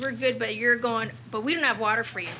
are good but you're gone but we don't have water free